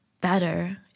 better